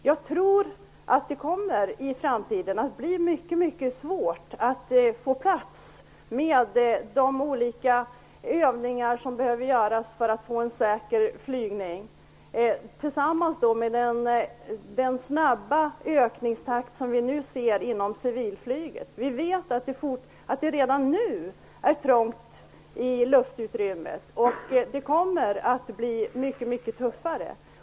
Jag tror att det i framtiden kommer att bli mycket svårt att tillsammans med den ökning som sker inom civilflyget få plats med de olika övningar som behöver göras för att man skall få säker flygning. Vi vet att det redan nu är trångt i luftutrymmet. Det kommer att bli mycket tuffare.